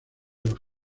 los